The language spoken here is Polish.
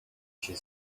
się